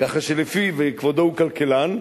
וכבודו הוא כלכלן,